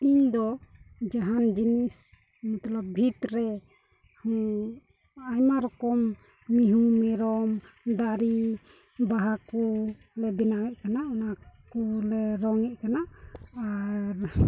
ᱤᱧᱫᱚ ᱡᱟᱦᱟᱱ ᱡᱤᱱᱤᱥ ᱢᱚᱛᱞᱚᱵ ᱵᱷᱤᱛ ᱨᱮ ᱟᱭᱢᱟ ᱨᱚᱠᱚᱢ ᱢᱤᱦᱩ ᱢᱮᱨᱚᱢ ᱫᱟᱨᱮ ᱵᱟᱦᱟ ᱠᱚᱞᱮ ᱵᱮᱱᱟᱣᱮᱫ ᱠᱟᱱᱟ ᱚᱱᱟ ᱠᱚ ᱵᱚᱞᱮ ᱨᱚᱝᱮᱫ ᱠᱟᱱᱟ ᱟᱨ